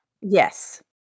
yes